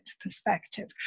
perspective